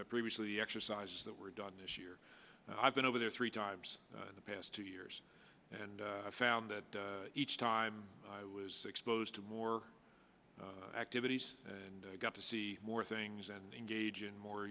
previously the exercises that were done this year i've been over there three times in the past two years and found that each time i was exposed to more activities and got to see more things and engage in more